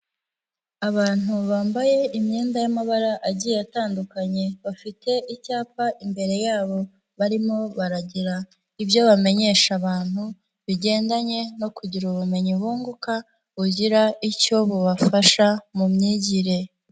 Abantu bambaye imyenda y'amabara agiye atandukanye, bafite icyapa imbere yabo barimo baragira ibyo bamenyesha abantu, bigendanye no kugira ubumenyi bunguka, bugira icyo bubafasha mu myigire.